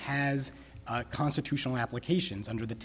has a constitutional applications under the